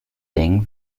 ding